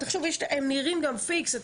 הם נראים גם פיקס.